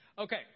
Okay